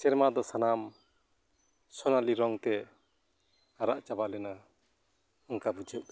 ᱥᱮᱨᱢᱟᱫᱚ ᱥᱟᱱᱟᱢ ᱥᱳᱱᱟᱞᱤ ᱨᱚᱝᱛᱮ ᱟᱨᱟᱜ ᱪᱟᱵᱟ ᱞᱮᱱᱟ ᱚᱝᱠᱟ ᱵᱩᱡᱷᱟᱹᱜ ᱠᱟᱱᱟ